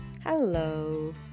Hello